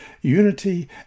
unity